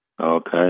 Okay